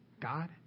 God